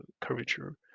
curvature